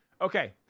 Okay